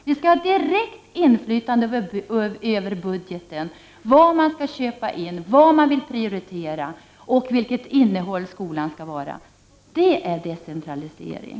Vi skall ha ett direkt inflytande över budgeten, vad som skall köpas in, vad som skall prioriteras och vilket innehåll skolan skall ha. Det är decentralisering.